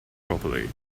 properly